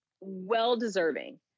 well-deserving